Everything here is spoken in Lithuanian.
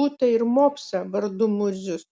butą ir mopsą vardu murzius